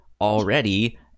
already